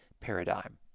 paradigm